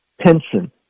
pension